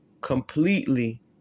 completely